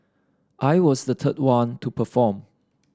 I was the third one to perform